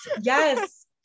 Yes